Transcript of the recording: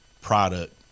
product